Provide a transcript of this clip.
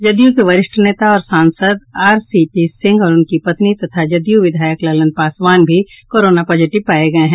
जदयू के वरिष्ठ नेता और सांसद आरसीपी सिंह और उनकी पत्नी तथा जदयू विधायक ललन पासवान भी कोरोना पॉजिटिव पाये गये हैं